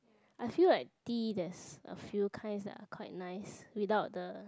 I feel like tea there's a few kinds that are quite nice without the